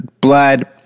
blood